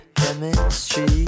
chemistry